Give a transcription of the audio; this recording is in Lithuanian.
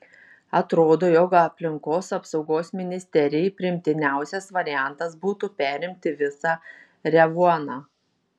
atrodo jog aplinkos apsaugos ministerijai priimtiniausias variantas būtų perimti visą revuoną